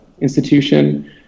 institution